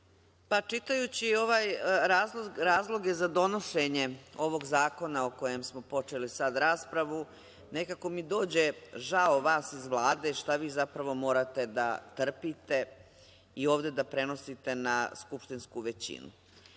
Čitajući razloge za donošenje ovog zakona, o kojom smo sada počeli raspravu, nekako mi dođe žao vas iz Vlade šta vi zapravo morate da trpite i ovde da prenosite na skupštinsku većinu. Osnovni